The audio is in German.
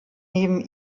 neben